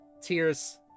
tears